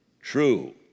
true